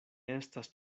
estas